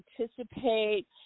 anticipate